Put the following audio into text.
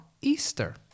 Easter